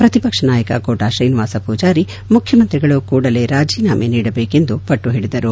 ಪ್ರತಿಪಕ್ಷ ನಾಯಕ ಕೋಟಾ ಶ್ರೀನಿವಾಸ್ ಪೂಜಾರಿ ಮುಖ್ಯಮಂತ್ರಿಗಳು ಕೂಡಲೇ ರಾಜೀನಾಮ ನೀಡಬೇಕೆಂದು ಪಟ್ಟಹಿಡಿದರು